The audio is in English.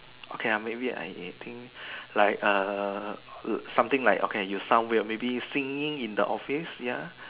okay ah maybe I think like err something like okay you sound weird maybe singing in the office ya